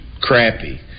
crappy